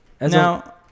Now